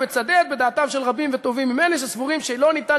מצדד בדעתם של רבים וטובים ממני שסבורים שלא ניתן